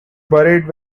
buried